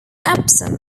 epsom